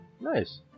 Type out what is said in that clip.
Nice